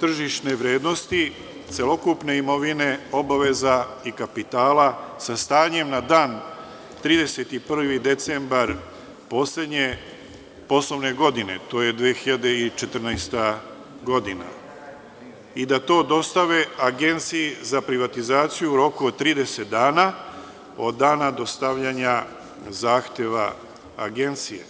tržišne vrednosti, celokupne imovine, obaveza i kapitala sa stanjem na dan 31. decembar poslednje poslovne godine, a to je 2014. godina, i da to dostave Agenciji za privatizaciju u roku od 30 dana od dana dostavljanja zahteva Agencije.